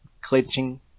clinching